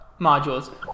modules